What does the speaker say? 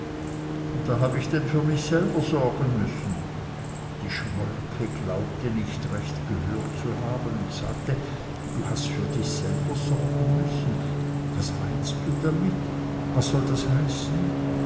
und da habe ich denn für mich selber sorgen müssen die schmolke glaubte nicht recht gehört zu haben und sagte du hast für dich selber sorgen müssen was meinst du damit was soll das heißen